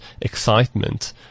excitement